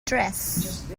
dress